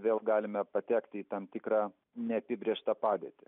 vėl galime patekti į tam tikrą neapibrėžtą padėtį